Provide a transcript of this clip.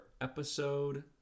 episode